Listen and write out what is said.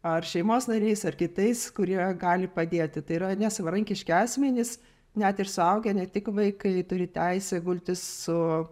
ar šeimos nariais ar kitais kurie gali padėti tai yra nesavarankiški asmenys net ir suaugę ne tik vaikai turi teisę gultis su